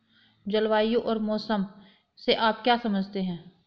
जलवायु और मौसम से आप क्या समझते हैं?